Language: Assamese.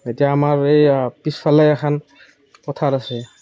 এতিয়া আমাৰ এই পিছফালে এখন পথাৰ আছে